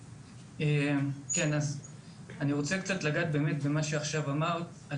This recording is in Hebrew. אז אני רוצה לגעת במה שעכשיו אמרת,